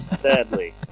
Sadly